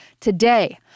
today